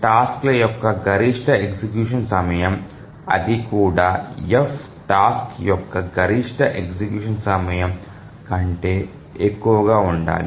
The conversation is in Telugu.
టాస్క్ ల యొక్క గరిష్ట ఎగ్జిక్యూషన్ సమయం అది కూడా f టాస్క్ యొక్క గరిష్ట ఎగ్జిక్యూషన్ సమయం కంటే ఎక్కువగా ఉండాలి